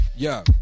Yo